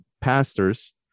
pastors